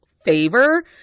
favor